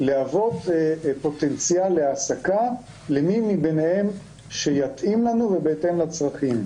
להוות פוטנציאל להעסקה למי מביניהם שיתאים לנו ובהתאם לצרכים.